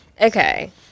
Okay